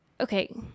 okay